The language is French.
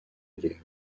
guerre